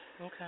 Okay